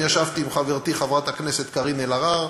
אני ישבתי עם חברתי חברת הכנסת קארין אלהרר,